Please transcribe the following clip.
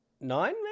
nine